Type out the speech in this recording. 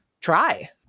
try